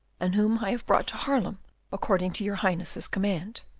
and whom i have brought to haarlem according to your highness's command.